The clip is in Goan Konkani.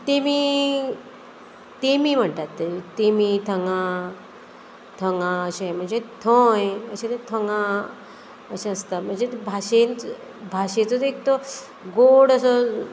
तेमी तेमी म्हणटात ते तेमी थंगां थंगां अशें म्हणजे थंय अशें तें थंगां अशें आसता म्हणजे भाशेन भाशेचो एक तो गोड असो